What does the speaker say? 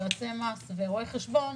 יועצי מס ורואי חשבון